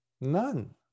None